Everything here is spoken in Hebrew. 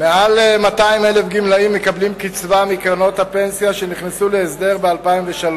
יותר מ-200,000 גמלאים מקבלים קצבה מקרנות הפנסיה שנכנסו להסדר ב-2003.